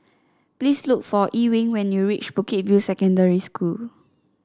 please look for Ewing when you reach Bukit View Secondary School